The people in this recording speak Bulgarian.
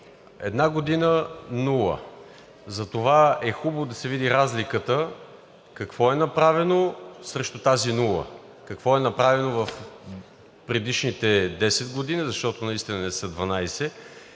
една година – нула. Затова е хубаво да се види разликата – какво е направено срещу тази нула, какво е направено в предишните 10 години, защото наистина не са 12.